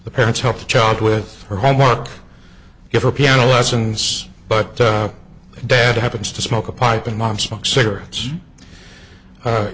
the parents help the child with her homework get her piano lessons but dad happens to smoke a pipe and mom smokes cigarettes